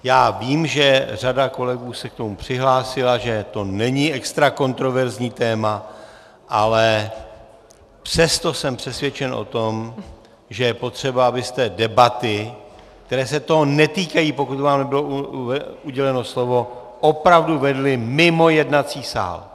Já vím, že řada kolegů se k tomu přihlásila, že to není extra kontroverzní téma, ale přesto jsem přesvědčen o tom, že je potřeba, abyste debaty, které se toho netýkají, pokud vám nebylo uděleno slovo, opravdu vedli mimo jednací sál.